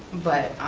but